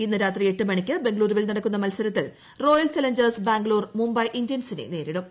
ഇന്ന് രാത്രി എട്ട് മണിക്ക് ബംഗളൂരുവിൽ നടക്കുന്ന മത്സരത്തിൽ റോയൽ ചലഞ്ചേഴ്സ് ബാംഗ്ലൂർ മുംബൈ ഇന്ത്യൻസിനെ നേരിടും